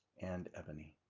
and ebony.